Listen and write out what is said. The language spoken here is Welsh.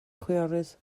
chwiorydd